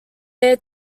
there